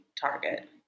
target